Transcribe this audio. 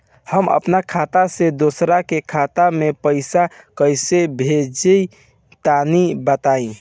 हम आपन खाता से दोसरा के खाता मे पईसा कइसे भेजि तनि बताईं?